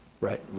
right.